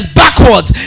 backwards